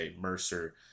Mercer